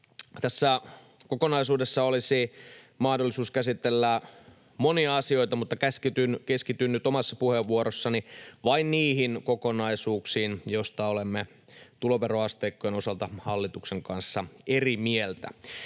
Tässä kokonaisuudessa olisi mahdollisuus käsitellä monia asioita, mutta keskityn nyt omassa puheenvuorossani vain niihin kokonaisuuksiin, joista olemme tuloveroasteikkojen osalta hallituksen kanssa eri mieltä.